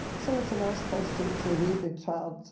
so it's a nice place to to leave the child. so